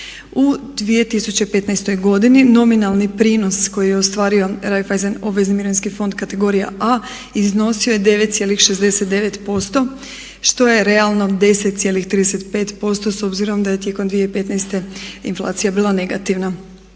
U 2015. godini nominalni prinos koji je ostvario Reiffeisen obvezni mirovinski kategorija A, iznosio je 9,69% što je realno 10,35% s obzirom da je tijekom 2015. inflacija bila negativna.